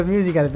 Music